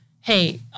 hey